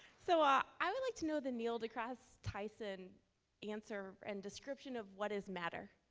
so, i i would like to know the neil degrasse tyson answer and description of what is matter.